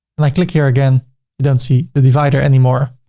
like click here again, you don't see the divider anymore.